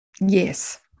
Yes